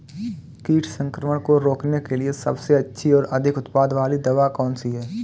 कीट संक्रमण को रोकने के लिए सबसे अच्छी और अधिक उत्पाद वाली दवा कौन सी है?